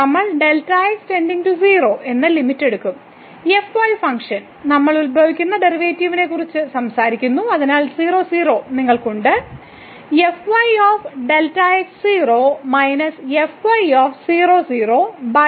നമ്മൾ Δx → 0 എന്ന ലിമിറ്റ് എടുക്കും ഫംഗ്ഷൻ നമ്മൾ 00 യിൽ ഡെറിവേറ്റീവിനെക്കുറിച്ച് സംസാരിക്കുന്നു അതിനാൽ 0 0